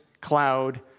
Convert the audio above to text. cloud